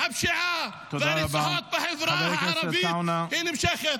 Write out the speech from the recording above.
-- הפשיעה והרציחות בחברה הערבית נמשכות.